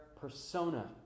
persona